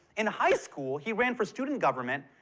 in high school, he ran for student government,